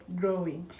growing